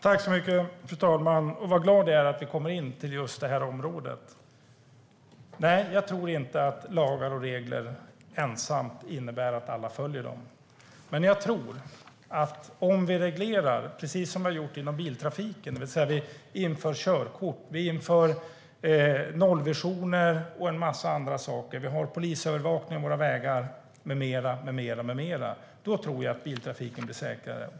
Fru talman! Vad glad jag är att vi kommer in på just det här området! Nej, jag tror inte att införandet av lagar och regler i sig innebär att alla följer dem. Men låt oss titta på de regleringar vi har gjort av biltrafiken! Vi har infört körkort, nollvisioner och en massa andra saker. Vi har polisövervakning av våra vägar med mera. Det tror jag gör biltrafiken säkrare.